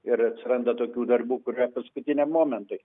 ir atsiranda tokių darbų kurie paskutiniam momentui